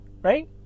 right